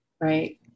right